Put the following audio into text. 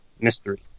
mystery